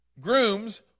grooms